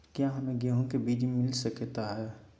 क्या हमे गेंहू के बीज मिलता सकता है?